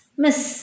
miss